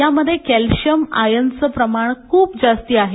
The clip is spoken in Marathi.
यामधे कॅल्शियम आयर्नचं प्रमाण ख्रप जास्ती आहे